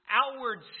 outward